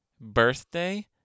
birthday